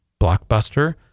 Blockbuster